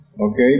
Okay